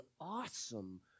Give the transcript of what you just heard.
awesome